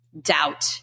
doubt